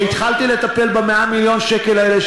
שהתחלתי לטפל ב-100 מיליון שקל האלה,